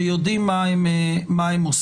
שיודעים מה הם עושים?